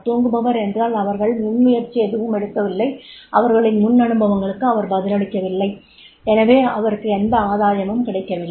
தூங்குபவர் என்றால் அவர்கள் முன்முயற்சி எதுவும் எடுக்கவில்லை அவர்களின் முன் அனுபவங்களுக்கு அவர் பதிலளிக்கவில்லை எனவே அவருக்கு எந்த ஆதாயமும் கிடைக்கவில்லை